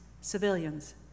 civilians